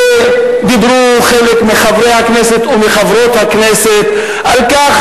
וחלק מחברי הכנסת ומחברות הכנסת דיברו על כך